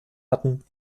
hatten